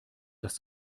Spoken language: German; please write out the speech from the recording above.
dass